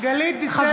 גלית דיסטל אטבריאן,